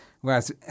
Whereas